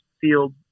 field